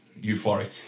euphoric